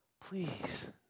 please